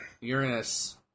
Uranus